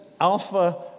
alpha